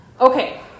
Okay